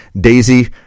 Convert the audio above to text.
Daisy